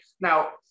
now